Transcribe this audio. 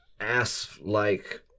ass-like